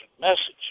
message